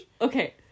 okay